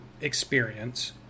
experience